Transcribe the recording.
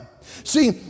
See